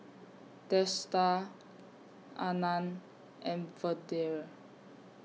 Teesta Anand and Vedre